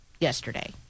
yesterday